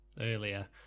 earlier